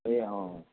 ए अँ